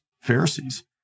Pharisees